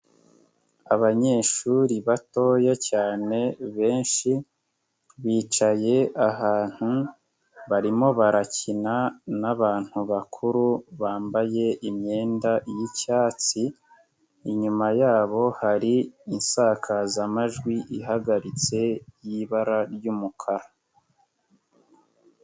Abanyeshuri batoya cyane benshi bicaye ahantu, barimo barakina n'abantu bakuru bambaye imyenda y'icyatsi, inyuma yabo hari insakazamajwi ihagaritse y'ibara ry'umukara.